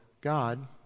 God